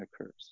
occurs